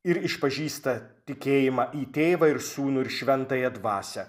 ir išpažįsta tikėjimą į tėvą ir sūnų ir šventąją dvasią